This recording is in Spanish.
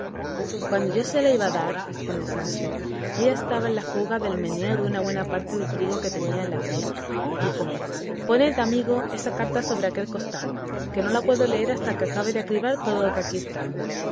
cuando yo se la iba a dar respondió sancho ella estaba en la fuga del meneo de una buena parte de trigo que tenía en la criba y díjome poned amigo esa carta sobre aquel costal que no la puedo leer hasta que acabe de acribar todo lo que aquí está